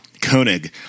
Koenig